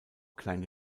kleine